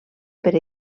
per